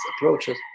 approaches